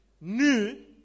new